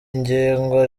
ingingo